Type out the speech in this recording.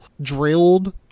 drilled